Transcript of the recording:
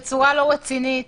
בצורה לא רצינית.